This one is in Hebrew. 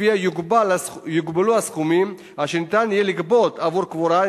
שלפיה יוגבלו הסכומים אשר ניתן יהיה לגבות עבור קבורת